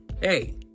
Hey